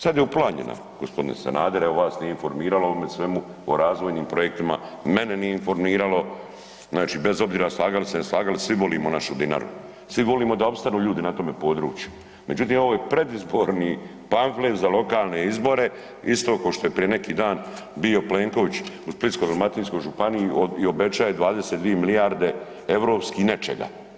Sad je uplanjena, g. Sanader, evo vas nije informiralo o ovome svemu, o razvojnim projektima, mene nije informiralo, znači bez obzira slagali se, ne slagali, svi volimo našu Dinaru, svi volimo da opstanu ljudi na tome području međutim ovo je predizborni pamflet za lokalne izbore, isto kao što je prije neki dan bio Plenković u Splitsko-dalmatinskoj županiji i obećaje 22 milijarde europski nečega.